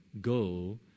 go